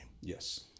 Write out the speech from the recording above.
Yes